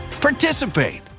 participate